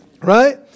Right